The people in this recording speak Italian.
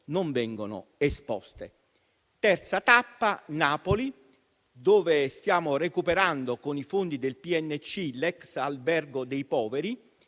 non vengono esposte. La terza tappa è Napoli, dove stiamo recuperando con i fondi del PNC l'ex Albergo dei poveri